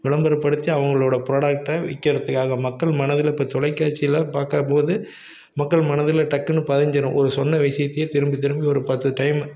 விளம்பரப்படுத்தி அவங்களோட ப்ராடெக்ட்ட விற்கிறதுக்காக மக்கள் மனதில் இப்போ தொலைக்காட்சியிலாம் பார்க்குற போது மக்கள் மனதில் டக்குன்னு பதிஞ்சிடும் ஒரு சொன்ன விஷயத்தையே திரும்பி திரும்பி ஒரு பத்து டைம்